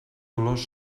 dolors